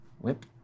Whip